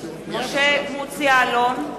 משה מטלון,